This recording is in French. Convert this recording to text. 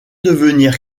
devenir